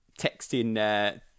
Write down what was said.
texting